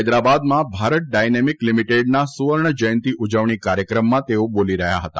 હૈદરાબાદમાં ભારત ડાયનેમિક લીમીટેડના સુવર્ણજયંતિ ઉજવણી કાર્યક્રમમાં તેઓ બોલી રહ્યા હતા